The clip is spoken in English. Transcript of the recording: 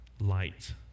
light